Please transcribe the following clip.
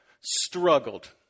struggled